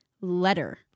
letter